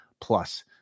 plus